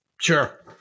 Sure